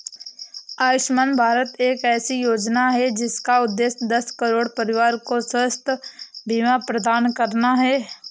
आयुष्मान भारत एक ऐसी योजना है जिसका उद्देश्य दस करोड़ परिवारों को स्वास्थ्य बीमा प्रदान करना है